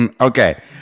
okay